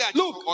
look